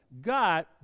God